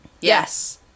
yes